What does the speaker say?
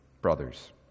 brothers